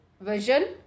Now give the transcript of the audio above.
vision